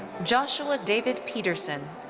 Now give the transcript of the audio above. joshua david peterson.